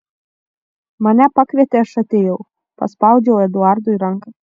mane pakvietė aš atėjau paspaudžiau eduardui ranką